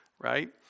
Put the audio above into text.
right